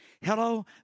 Hello